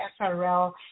SRL